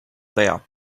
there